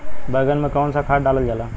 बैंगन में कवन सा खाद डालल जाला?